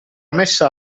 messa